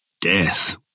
Death